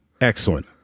excellent